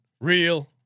Real